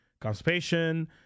constipation